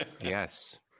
yes